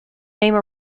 name